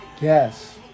Yes